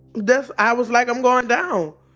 that's i was like, i'm going down.